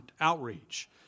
Outreach